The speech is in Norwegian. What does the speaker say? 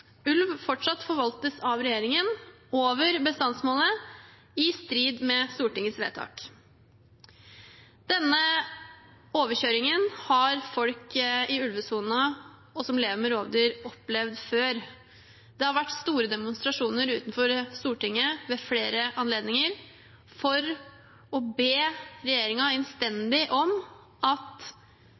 ulv fortsatt forvaltes over bestandsmålet av regjeringen, i strid med Stortingets vedtak. Denne overkjøringen har folk i ulvesonen, og som lever med rovdyr, opplevd før. Det har vært store demonstrasjoner utenfor Stortinget ved flere anledninger for å be regjeringen innstendig om at